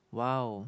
!wow!